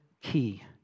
key